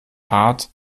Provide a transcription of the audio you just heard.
hart